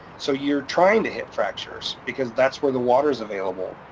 so you're trying to hit fractures because that's where the water is available,